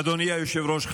אדוני היושב-ראש,